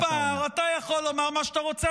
אתה יכול לומר מה שאתה רוצה,